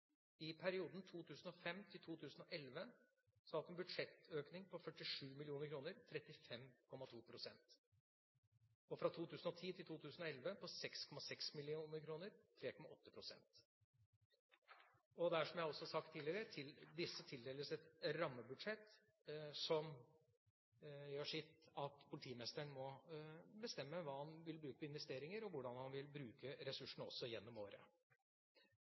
I perioden 2005–2011 har man i politidistriktet hatt en budsjettøkning på 47 mill. kr – 35,2 pst. Fra 2010 til 2011 er budsjettøkningen på 6,6 mill. kr – 3,8 pst. Som jeg også har sagt tidligere, politidistriktene tildeles et rammebudsjett som gjør at politimesteren må bestemme hvor mye han vil bruke på investeringer, og hvordan han vil bruke ressursene også gjennom året.